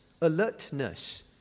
Alertness